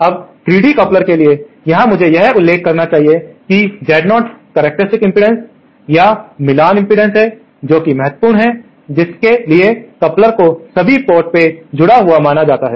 अब 3dB coupler के लिए यहां मुझे यह उल्लेख करना चाहिए कि Z0 करक्टेरिस्टिक्स इम्पीडेन्स या मिलान इम्पीडेन्स है जो कि महत्वपूर्ण है जिसके लिए कपलर को सभी पोर्ट से जुड़ा हुआ माना जाता है